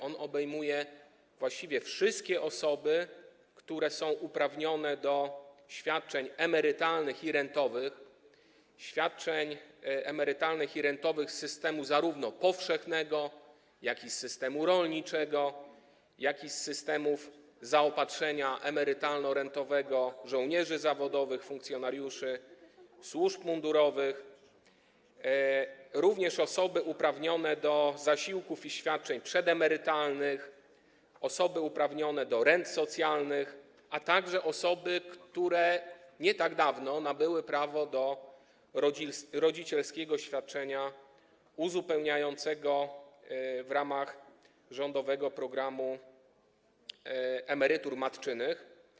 On obejmuje właściwie wszystkie osoby, które są uprawnione do świadczeń emerytalnych i rentowych zarówno z systemu powszechnego, jak i z systemu rolniczego i z systemów zaopatrzenia emerytalno-rentowego żołnierzy zawodowych, funkcjonariuszy służb mundurowych, również osoby uprawnione do zasiłków i świadczeń przedemerytalnych, osoby uprawnione do rent socjalnych, a także osoby, które nie tak dawno nabyły prawo do rodzicielskiego świadczenia uzupełniającego w ramach rządowego programu emerytur matczynych.